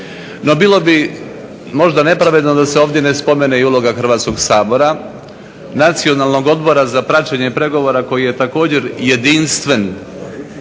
No, bilo bi možda nepravedno da se ovdje ne spomene i uloga Hrvatskog sabora, Nacionalnog odbora za praćenje pregovora koji je također jedinstven.